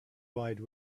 wide